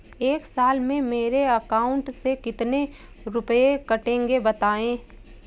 एक साल में मेरे अकाउंट से कितने रुपये कटेंगे बताएँ?